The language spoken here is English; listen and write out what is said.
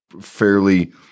fairly